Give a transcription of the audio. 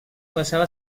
passava